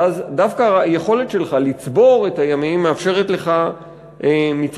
ואז דווקא היכולת שלך לצבור את הימים מאפשרת לך מצד